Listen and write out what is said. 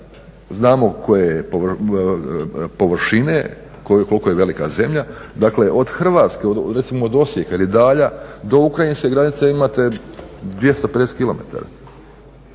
znamo koje je površine koliko je velika zemlja, dakle od Hrvatske recimo od Osijeka ili Dalja do ukrajinske granice imate 250km,